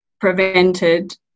prevented